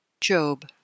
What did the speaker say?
Job